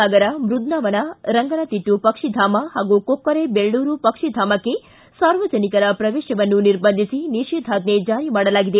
ಸಾಗರ ಬೃಂದಾವನ ರಂಗನತಿಟ್ಟು ಪಕ್ಷಧಾಮ ಮತ್ತು ಕೊಕ್ಕರೆ ಬೆಳ್ಳೂರು ಪಕ್ಷಿಧಾಮಕ್ಕೆ ಸಾರ್ವಜನಿಕರ ಪ್ರವೇಶವನ್ನು ನಿರ್ಬಂಧಿಸಿ ನಿಷೇಧಾಜ್ಞೆ ಜಾರಿ ಮಾಡಲಾಗಿದೆ